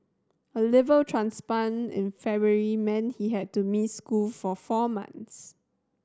a liver transplant in February meant he had to miss school for four months